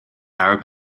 arab